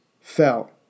fell